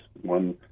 One